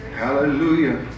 hallelujah